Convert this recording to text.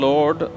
Lord